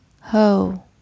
Ho